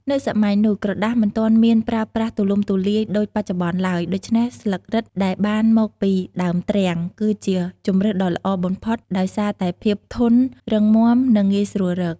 នៅសម័យនោះ ក្រដាសមិនទាន់មានប្រើប្រាស់ទូលំទូលាយដូចបច្ចុប្បន្នឡើយ ដូច្នេះ ស្លឹករឹត ដែលបានមកពី ដើមទ្រាំង គឺជាជម្រើសដ៏ល្អបំផុតដោយសារតែភាពធន់រឹងមាំ និងងាយស្រួលរក។